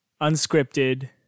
unscripted